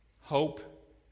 Hope